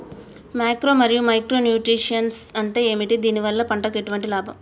Macro మరియు micro nutrients అంటే ఏమిటి? దీనివల్ల పంటకు ఎటువంటి లాభం?